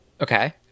Okay